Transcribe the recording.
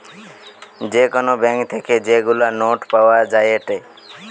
যে কোন ব্যাঙ্ক থেকে যেগুলা নোট পাওয়া যায়েটে